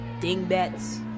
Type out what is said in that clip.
dingbats